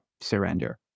Surrender